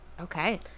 Okay